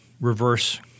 reverse